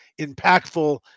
impactful